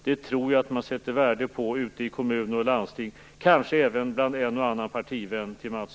Det tror jag att man sätter värde på ute i kommuner och landsting, kanske även bland en och annan partivän till Mats